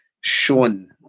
shown